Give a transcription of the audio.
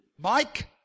Mike